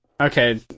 Okay